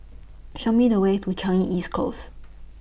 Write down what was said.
Show Me The Way to Changi East Close